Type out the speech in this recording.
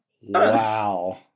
Wow